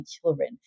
children